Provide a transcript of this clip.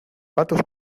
patos